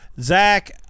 Zach